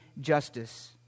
justice